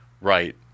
right